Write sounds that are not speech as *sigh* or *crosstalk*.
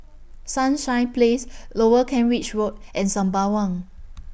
Sunshine Place *noise* Lower Kent Ridge Road and Sembawang